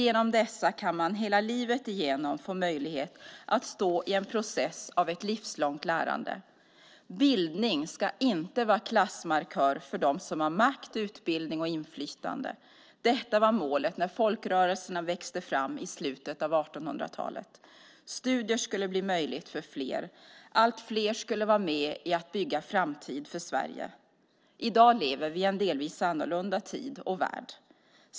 Genom dessa kan man hela livet igenom få möjlighet att stå i en process av ett livslångt lärande. Bildning ska inte vara klassmarkör för dem som har makt, utbildning och inflytande. Det var målet när folkrörelserna växte fram i slutet av 1800-talet. Studier skulle bli möjligt för fler. Allt fler skulle vara med i att bygga framtid för Sverige. I dag lever vi i en delvis annorlunda tid och värld.